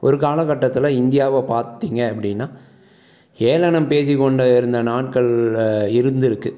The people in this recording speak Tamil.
ஒரு காலக்கட்டத்தில் இந்தியாவை பார்த்திங்க அப்படின்னா ஏளனம் பேசிக்கொண்டு இருந்த நாட்கள் இருந்துருக்குது